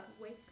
wake